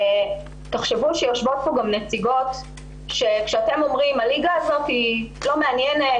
תחשבו שיושבות פה גם נציגות כשאתם אומרים הליגה הזאת היא לא מעניינת,